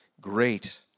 Great